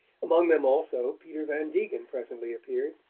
among them also peter van degen presently appeared.